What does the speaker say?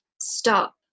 stop